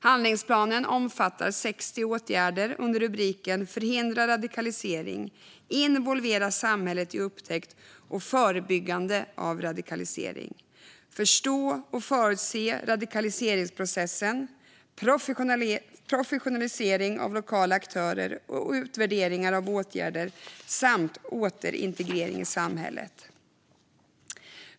Handlingsplanen omfattar 60 åtgärder under rubrikerna: förhindra radikalisering, involvera samhället i upptäckt och förebyggande av radikalisering, förstå och förutse radikaliseringsprocessen, professionalisering av lokala aktörer och utvärdering av åtgärder samt återintegrering i samhället.